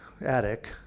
attic